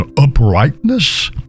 uprightness